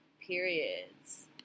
periods